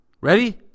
ready